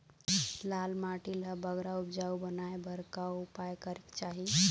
लाल माटी ला बगरा उपजाऊ बनाए बर का उपाय करेक चाही?